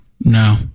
No